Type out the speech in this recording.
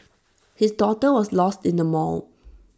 his daughter was lost in the mall